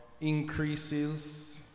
increases